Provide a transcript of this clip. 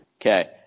Okay